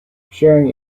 sharing